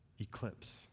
eclipse